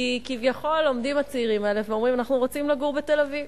כי כביכול עומדים הצעירים האלה ואומרים: אנחנו רוצים לגור בתל-אביב.